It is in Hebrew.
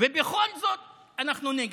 ובכל זאת אנחנו נגד,